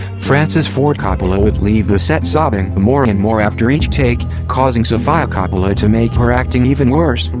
francis ford coppola would leave the set sobbing more and more after each take, causing sofia coppola to make her acting even worse,